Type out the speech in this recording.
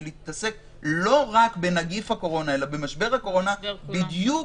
על להתעסק לא רק בנגיף הקורונה אלא במשבר הקורונה בדיוק